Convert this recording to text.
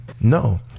no